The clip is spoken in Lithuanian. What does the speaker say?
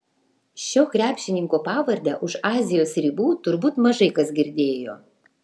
šio krepšininko pavardę už azijos ribų turbūt mažai kas girdėjo